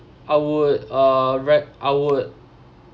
I would uh rec~ I would